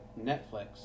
Netflix